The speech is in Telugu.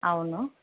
అవును